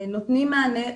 נותנים מענה.